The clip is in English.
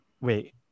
Wait